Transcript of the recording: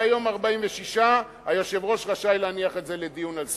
ביום ה-46 היושב-ראש רשאי להניח את זה לדיון על סדר-היום,